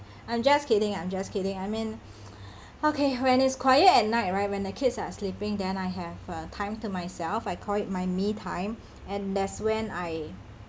I'm just kidding I'm just kidding I mean okay when it's quiet at night right when the kids are sleeping then I have a time to myself I call it my me time and that's when I